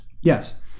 yes